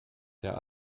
der